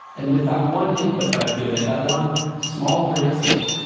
and with that one input that i've given it, that one small heuristic,